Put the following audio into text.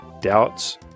doubts